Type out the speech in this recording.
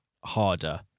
harder